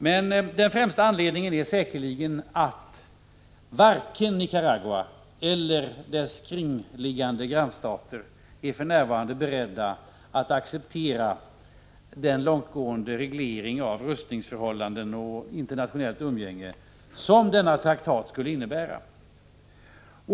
Men den främsta anledningen är säkerligen att varken Nicaragua eller dess kringliggande grannstater för närvarande är beredda att acceptera den långtgående reglering av rustningsförhållandena och internationellt umgänge som denna traktat skulle innebära.